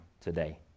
today